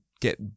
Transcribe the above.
get